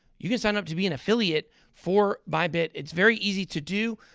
you can sign up to be an affiliate for bybit. it's very easy to do.